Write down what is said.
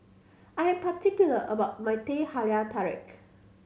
I am particular about my Teh Halia Tarik